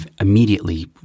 immediately